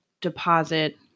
deposit